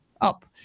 up